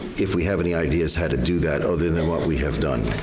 if we have any ideas how to do that other than what we have done.